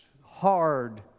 hard